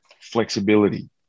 flexibility